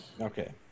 Okay